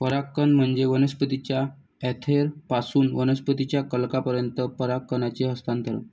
परागकण म्हणजे वनस्पतीच्या अँथरपासून वनस्पतीच्या कलंकापर्यंत परागकणांचे हस्तांतरण